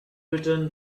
written